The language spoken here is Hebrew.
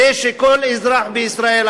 כדי שכל אזרח בישראל,